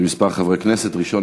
מס' 2287,